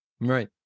Right